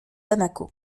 bamako